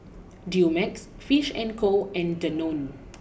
Dumex Fish and Co and Danone